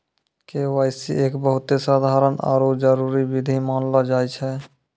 KYC एक बहुते साधारण आरु जरूरी विधि मानलो जाय छै